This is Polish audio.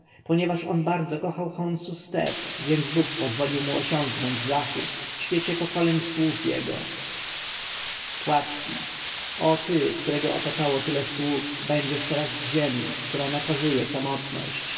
ponieważ on bardzo kochał chonsu z teb więc bóg pozwolił mu osiągnąć zachód w świecie pokoleń sług jego płaczki o ty którego otaczało tylu sług będziesz teraz w ziemi która nakazuje samotność